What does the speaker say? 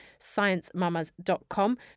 sciencemamas.com